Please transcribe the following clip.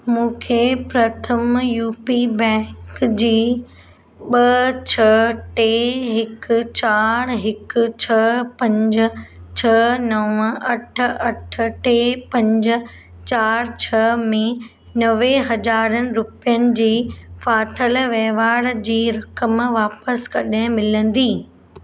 मूंखे Pratham U P bank जी ॿ छ्ह टे हिकु चार हिकु छ्ह पंज छ्ह नव अठ अठ टे पंज चार छ्ह में नवें हजारनि रुपयनि जी फाथल व्यवहार जी रक़म वापसि कॾहिं मिलंदी